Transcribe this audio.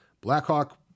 Blackhawk